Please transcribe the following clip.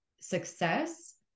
success